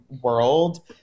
world